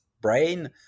brain